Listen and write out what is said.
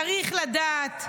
צריך לדעת,